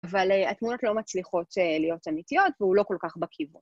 אבל התמונות לא מצליחות להיות אמיתיות והוא לא כל כך בכיוון.